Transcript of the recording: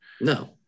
No